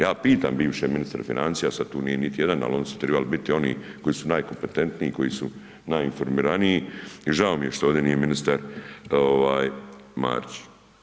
Ja pitam bivše ministre financija, sad tu nije niti jedan, ali oni su tribali biti, oni koji su najkompetentniji, koji su najinformiraniji i žao mi je što ovdje nije ministar Marić.